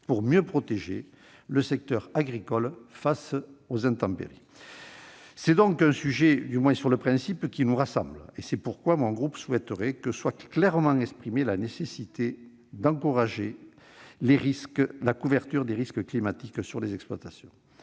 pour mieux protéger le secteur agricole face aux intempéries. Il y a donc là, du moins sur le principe, un sujet qui nous rassemble. C'est pourquoi mon groupe souhaiterait que soit clairement exprimée la nécessité d'encourager la couverture des risques climatiques auxquels sont